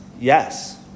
yes